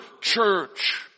church